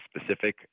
specific